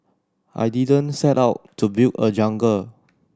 I didn't set out to build a jungle